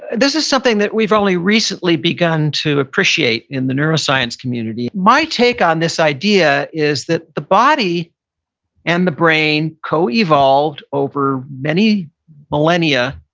and this is something that we've only recently begun to appreciate in the neuroscience community. my take on this idea is that the body and the brain co-evolved over many millennia,